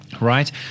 right